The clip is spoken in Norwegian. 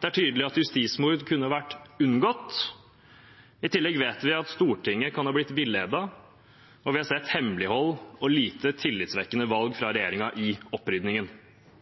det er tydelig at justismord kunne vært unngått. I tillegg vet vi at Stortinget kan ha blitt villedet, og vi har sett hemmelighold og lite tillitvekkende valg fra regjeringen i opprydningen.